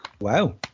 Wow